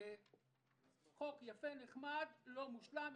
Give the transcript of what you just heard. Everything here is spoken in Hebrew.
חוק יפה ונחמד, לא מושלם.